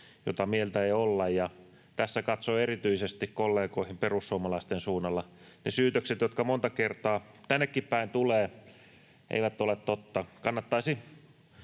mitä mieltä ei olla. Ja tässä katson erityisesti kollegoihin perussuomalaisten suunnalla. Ne syytökset, joita monta kertaa tännekin päin tulee, eivät ole totta. Kannattaisi